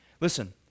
listen